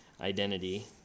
identity